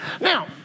now